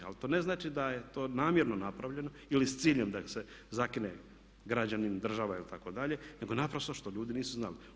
Ali to ne znači da je to namjerno napravljeno ili s ciljem da se zakine građanin, država itd. nego naprosto što ljudi nisu znali.